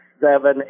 seven